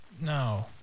No